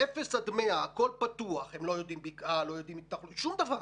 מאפס עד 100 הכול פתוח, הם לא יודעים שום דבר.